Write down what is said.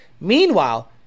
Meanwhile